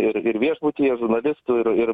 ir ir viešbutyje žurnalistų ir ir